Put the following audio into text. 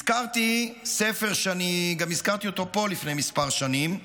הזכרתי ספר שהזכרתי אותו גם פה לפני כמה שנים,